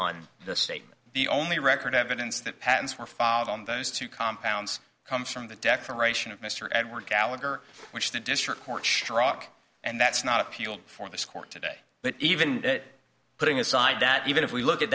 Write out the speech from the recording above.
on the statement the only record evidence that patents were filed on those two compounds comes from the declaration of mr edward gallagher which the district courts struck and that's not appealed for this court today but even putting aside that even if we look at